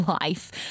life